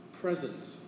present